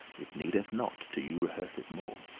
it needeth not to you rehearse it more.